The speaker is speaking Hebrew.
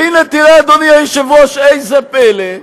והנה, תראה, אדוני היושב-ראש, איזה פלא,